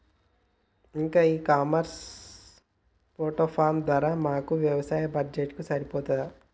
ఈ e commerce platform ధర మా వ్యవసాయ బడ్జెట్ కు సరిపోతుందా?